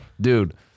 Dude